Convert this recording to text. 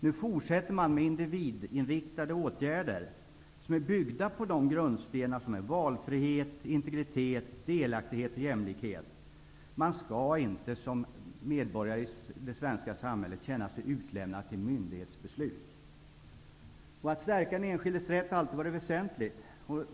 Nu fortsätter vi med individinriktade åtgärder som är byggda på grundstenarna valfrihet och integritet, delaktighet och jämlikhet. Man skall inte längre som medborgare i det svenska samhället känna sig utlämnad åt myndighetsbeslut. Att stärka den enskildes rätt är alltid väsentligt.